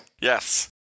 Yes